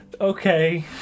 Okay